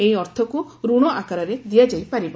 ଏହି ଅର୍ଥକୁ ରଣ ଆକାରରେ ଦିଆଯାଇପାରିବ